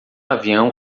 avião